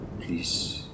Please